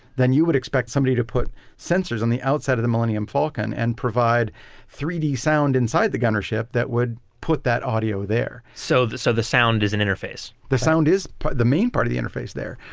then you would expect somebody to put sensors on the outside of the millennium falcon and provide three d sound inside the gunner ship that would put that audio there so, the so the sound is an interface. the sound is the main part of the interface there,